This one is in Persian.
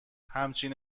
همچین